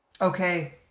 Okay